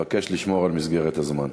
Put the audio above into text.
אני מבקש לשמור על מסגרת הזמן.